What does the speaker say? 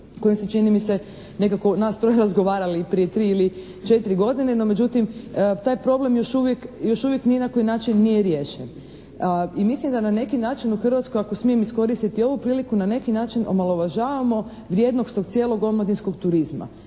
koji se čini mi se nekako nas troje razgovarali prije tri ili četiri godine, no međutim taj problem još uvijek ni na koji način nije riješen i mislim da na neki način u Hrvatskoj ako smijem iskoristiti ovu priliku, na neki način omalovažavamo vrijednost tog cijelog omladinskog turizma.